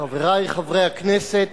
חברי חברי הכנסת,